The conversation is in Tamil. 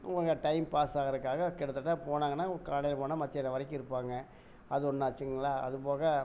இவங்க டைம் பாஸ் ஆகுறக்காக கிட்டத்தட்ட போனாங்கன்னா காலையில் போனால் மதியானம் வரைக்கும் இருப்பாங்க அது ஒன்றும் ஆச்சுங்களா அதுபோக